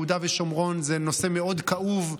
יהודה ושומרון זה נושא מאוד כאוב.